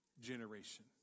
generation